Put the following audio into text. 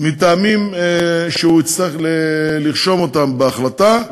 מטעמים שהוא יצטרך לרשום אותם בהחלטה.